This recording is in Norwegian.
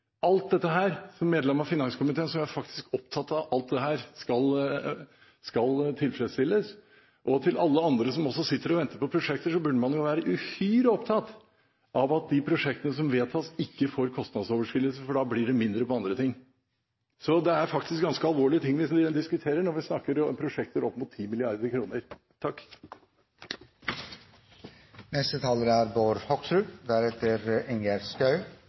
Som medlem av finanskomiteen er jeg faktisk opptatt av at alt dette her skal tilfredsstilles. Og til alle andre som også sitter og venter på prosjekter: Man burde være uhyre opptatt av at de prosjektene som vedtas, ikke får kostnadsoverskridelser, for da blir det mindre til andre ting. Det er faktisk ganske alvorlige ting vi diskuterer når vi snakker om prosjekter opp mot